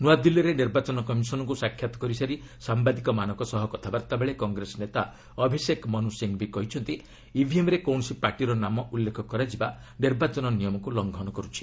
ନୂଆଦିଲ୍ଲୀରେ ନିର୍ବାଚନ କମିଶନଙ୍କୁ ସାକ୍ଷାତ କରିସାରି ସାମ୍ଭାଦିକମାନଙ୍କ ସହ କଥାବାର୍ତ୍ତା ବେଳେ କଂଗ୍ରେସ ନେତା ଅଭିଷେକ ମନୁ ସିଂଘଭି କହିଛନ୍ତି ଇଭିଏମ୍ରେ କୌଣସି ପାର୍ଟିର ନାମ ଉଲ୍ଲେଖ କରାଯିବା ନିର୍ବାଚନ ନିୟମକୁ ଲଙ୍ଘନ କରୁଛି